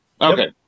Okay